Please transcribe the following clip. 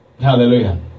hallelujah